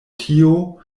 tio